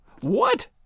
What